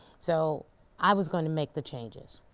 so i was going to make the changes.